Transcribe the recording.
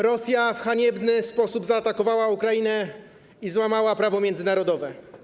Rosja w haniebny sposób zaatakowała Ukrainę i złamała prawo międzynarodowe.